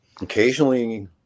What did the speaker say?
occasionally